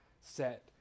set